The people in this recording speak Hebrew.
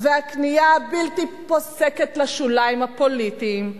והכניעה הבלתי פוסקת לשוליים הפוליטיים,